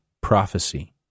prophecy